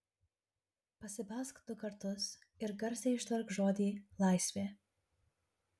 pasibelsk du kartus ir garsiai ištark žodį laisvė